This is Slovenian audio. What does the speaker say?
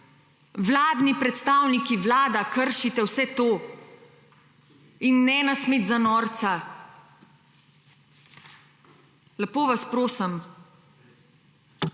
vladni predstavniki Vlada kršite vse to in ne nas imeti za norca, lepo vas prosim.